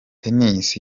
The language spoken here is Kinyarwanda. tennis